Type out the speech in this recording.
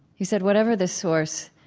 you said whatever the source,